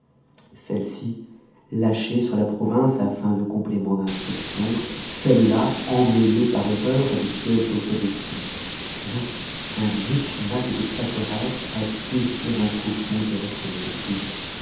celles-ci lâchées sur la province à fin de compléments d'instruction celles-là emmêlées par erreur à des pièces d'autres dossiers d'où un micmac de paperasses à défier un cochon d'y retrouver ses petits